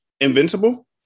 Invincible